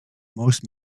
most